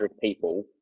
people